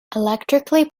electrically